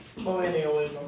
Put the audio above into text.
Millennialism